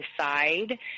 side